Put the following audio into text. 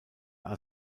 are